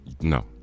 No